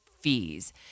fees